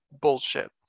bullshit